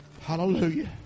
Hallelujah